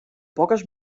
poques